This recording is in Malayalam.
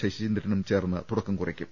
ശശീന്ദ്രനും ചേർന്ന് തുടക്കം കുറിക്കും